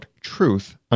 truth